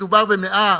שמדובר ב-100,